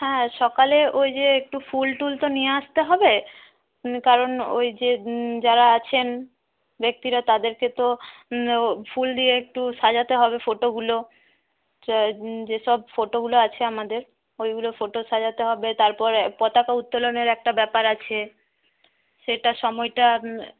হ্যাঁ সকালে ওই যে একটু ফুল টুল তো নিয়ে আসতে হবে কারণ ওই যে যারা আছেন ব্যক্তিরা তাদেরকে তো ফুল দিয়ে একটু সাজাতে হবে ফোটোগুলো যেসব ফোটোগুলো আছে আমাদের ওইগুলো ফোটো সাজাতে হবে তারপর পতাকা উত্তোলনের একটা ব্যাপার আছে সেটার সময়টা